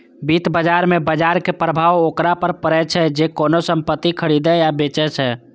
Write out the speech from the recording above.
वित्त बाजार मे बाजरक प्रभाव ओकरा पर पड़ै छै, जे कोनो संपत्ति खरीदै या बेचै छै